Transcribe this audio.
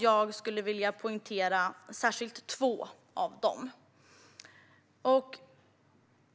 Jag skulle vilja poängtera särskilt två av dem.